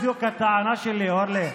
זו בדיוק הטענה שלי, אורלי.